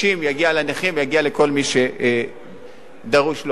לנכים ולכל מי שדרוש לו הכסף.